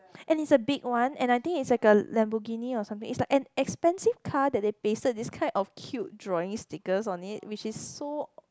and it's a big one and I think it's like a Lamborghini or something it's like an expensive car that they pasted this kind of cute drawing stickers on it which is so